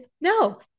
no